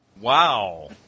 Wow